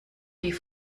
die